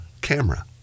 camera